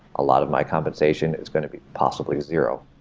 a lot of my compensation is going to be possibly zero,